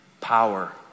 Power